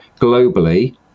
globally